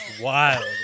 Wild